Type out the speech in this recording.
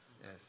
Yes